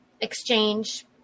exchange